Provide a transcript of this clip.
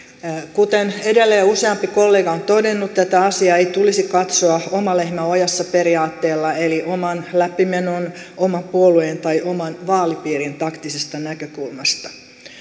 kuten edellä useampi kollega on todennut tätä asiaa ei tulisi katsoa oma lehmä ojassa periaatteella eli oman läpimenon oman puolueen tai oman vaalipiirin taktisesta näkökulmasta